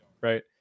right